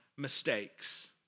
mistakes